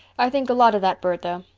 i think a lot of that bird though.